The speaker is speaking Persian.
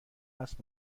است